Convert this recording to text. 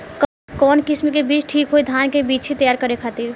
कवन किस्म के बीज ठीक होई धान के बिछी तैयार करे खातिर?